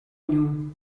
knew